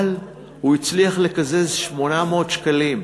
אבל הוא הצליח לקזז 800 שקלים,